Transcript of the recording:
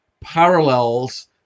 parallels